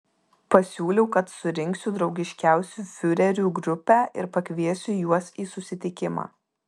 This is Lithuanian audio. pasiūliau kad surinksiu draugiškiausių fiurerių grupę ir pakviesiu juos į susitikimą